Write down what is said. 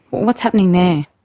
what's happening there?